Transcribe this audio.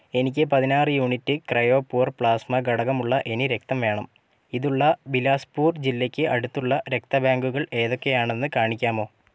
എനിക്ക് പതിനാറ് unit cryo poor plasma ഘടകമുള്ള എനി രക്തം വേണം ഇതുള്ള ബിലാസ്പൂർ ജില്ലയ്ക്ക് അടുത്തുള്ള രക്തബാങ്കുകൾ ഏതൊക്കെയാണെന്ന് കാണിക്കാമോ